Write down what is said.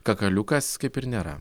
kakaliukas kaip ir nėra